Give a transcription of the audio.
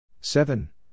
Seven